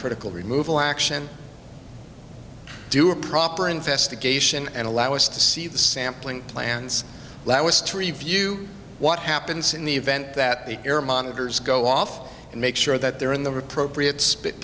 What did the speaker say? critical removal action do a proper investigation and allow us to see the sampling plans to review what happens in the event that the air monitors go off and make sure that they're in the appropriate